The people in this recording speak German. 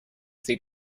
sie